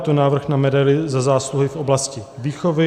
Je to návrh na medaili Za zásluhy v oblasti výchovy.